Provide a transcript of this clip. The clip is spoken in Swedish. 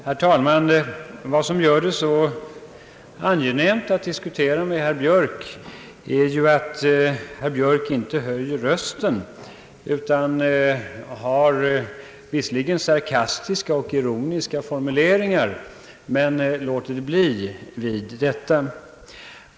Herr talman! Vad som gör det så angenämt att diskutera med herr Björk är att han inte höjer rösten, Han har visserligen sarkastiska och ironiska formuleringar men låter det bli vid detta.